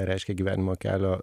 reiškia gyvenimo kelio